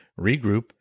regroup